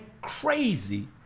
crazy